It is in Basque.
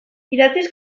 idatziz